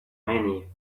many